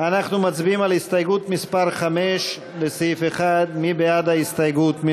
אנחנו מצביעים על הסתייגות מס' 5 לסעיף 1. מי בעד ההסתייגות?